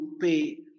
pay